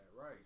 Right